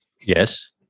Yes